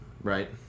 right